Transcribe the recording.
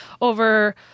over